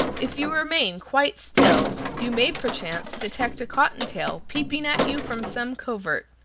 if you remain quite still, you may perchance detect a cotton-tail peeping at you from some covert.